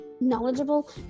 knowledgeable